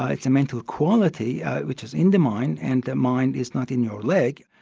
ah it's a mental quality which is in the mind and the mind is not in your leg.